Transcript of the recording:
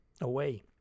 away